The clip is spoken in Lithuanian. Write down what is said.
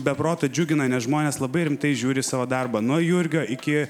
be proto džiugina nes žmonės labai rimtai žiūri savo darbą nuo jurgio iki